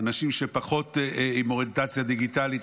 אנשים עם פחות אוריינטציה דיגיטלית,